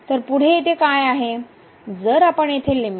तर पुढे येथे काय आहे